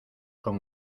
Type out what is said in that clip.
con